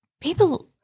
people